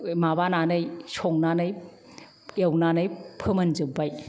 ऐ माबानानै संनानै एवनानै फोमोनजोबबाय